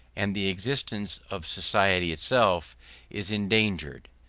and the existence of society itself is endangered.